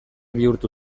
bihurtu